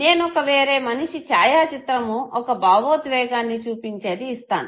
నేను వేరొక మనిషి ఛాయాచిత్రము ఒక భావోద్వేగాన్ని చూపించేది ఇస్తాను